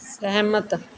ਸਹਿਮਤ